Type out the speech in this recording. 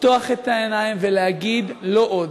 לפקוח את העיניים ולהגיד: לא עוד.